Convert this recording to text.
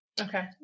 Okay